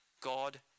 God